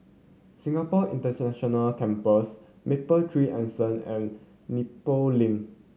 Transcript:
Singapore International Campus Mapletree Anson and Nepal Link